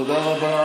תודה רבה.